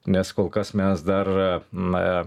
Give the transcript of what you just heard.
nes kol kas mes dar na